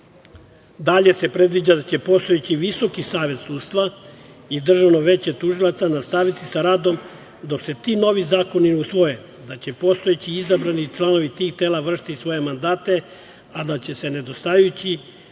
zakon. Dalje se predviđa da će postojeći Visoki savet sudstva i Državno veće tužilaca nastaviti sa radom dok se ti novi zakoni usvoje, da će postojeći izabrani članovi tih tela vršiti svoje mandate, a da će se nedostajući